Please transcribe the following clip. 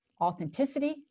Authenticity